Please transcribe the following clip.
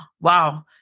wow